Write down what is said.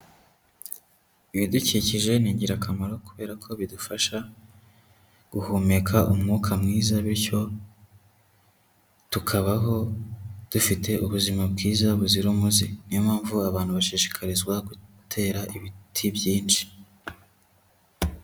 Ibidukikije ni ingirakamaro kubera ko bidufasha guhumeka umwuka mwiza, bityo tukabaho dufite ubuzima bwiza buzira umuze. Ni yo mpamvu abantu bashishikarizwa gutera ibiti byinshi.